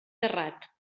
terrat